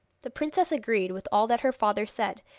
the princess agreed with all that her father said,